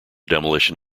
demolition